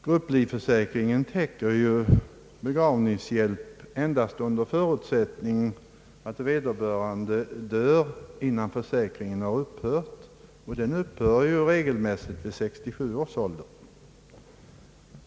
Grupplivförsäkringen täcker ju begravningskostnaderna endast under förutsättning att vederbörande avlider innan försäk ringen har upphört, och försäkringen upphör ju regelmässigt vid 67 års ålder.